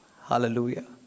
Hallelujah